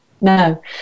No